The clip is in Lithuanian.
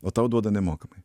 o tau duoda nemokamai